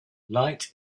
light